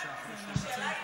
חבר הכנסת קיש, שאלה עניינית,